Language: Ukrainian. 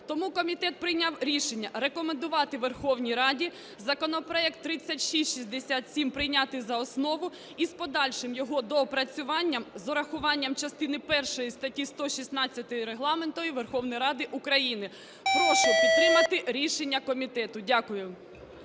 Тому комітет прийняв рішення рекомендувати Верховній Раді законопроект 3667 прийняти за основу із подальшим його доопрацюванням з урахуванням частини першої статті 116 Регламенту Верховної Ради України. Прошу підтримати рішення комітету. Дякую.